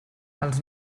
els